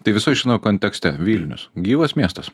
tai viso šino kontekste vilnius gyvas miestas